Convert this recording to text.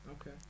Okay